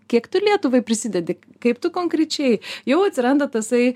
kiek tu lietuvai prisidedi kaip tu konkrečiai jau atsiranda tasai